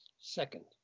Second